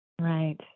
Right